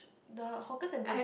the hawker centre